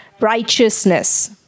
righteousness